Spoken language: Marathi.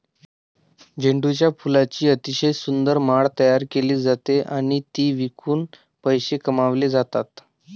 झेंडूच्या फुलांची अतिशय सुंदर माळ तयार केली जाते आणि ती विकून पैसे कमावले जातात